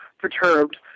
perturbed